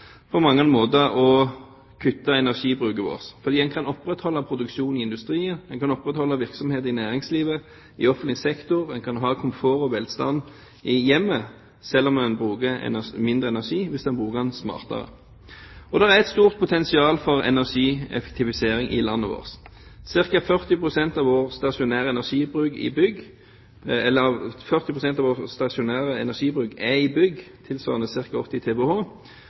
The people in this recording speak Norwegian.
på mange måter en gullgruve å kutte energibruken vår, for en kan opprettholde produksjonen i industrien, en kan opprettholde virksomhet i næringslivet, i offentlig sektor, en kan ha komfort og velstand i hjemmet, selv om en bruker mindre energi – hvis en bruker den smartere. Det er et stort potensial for energieffektivisering i landet vårt. Cirka 40 pst. av vår stasjonære energibruk er i bygg, tilsvarende ca. 80 TWh.